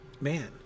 man